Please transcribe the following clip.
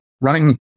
running